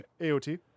AOT